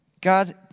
God